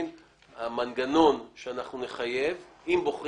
אבל בוודאי ובוודאי לא נחוקק חוק שיגרום